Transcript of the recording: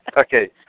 okay